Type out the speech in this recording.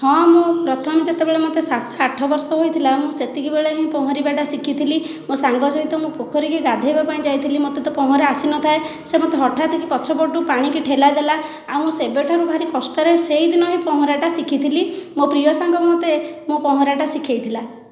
ହଁ ମୁଁ ପ୍ରଥମେ ଯେତେବେଳେ ମୋତେ ସାତ ଆଠ ବର୍ଷ ହୋଇଥିଲା ମୁଁ ସେତିକିବେଳେ ହିଁ ପହଁରିବାଟା ଶିଖିଥିଲି ମୋ' ସାଙ୍ଗ ସହିତ ମୁଁ ପୋଖରୀକୁ ଗାଧୋଇବାପାଇଁ ଯାଇଥିଲି ମୋତେ ତ ପହଁରା ଆସିନଥାଏ ସେ ମୋତେ ହଠାତ୍ କି ପଛପଟୁ ପାଣିକୁ ଠେଲା ଦେଲା ଆଉ ମୁଁ ସେବେଠାରୁ ଭାରି କଷ୍ଟରେ ସେଇଦିନ ହିଁ ପହଁରାଟା ଶିଖିଥିଲି ମୋ ପ୍ରିୟ ସାଙ୍ଗ ମୋତେ ମୋ' ପହଁରାଟା ଶିଖାଇଥିଲା